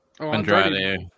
Andrade